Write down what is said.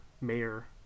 mayor